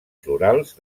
florals